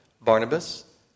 Barnabas